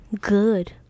Good